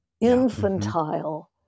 infantile